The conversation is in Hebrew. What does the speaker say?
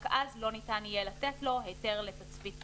רק אז לא ניתן יהיה לתת לו היתר לתצפית ביתי.